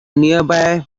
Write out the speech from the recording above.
nearby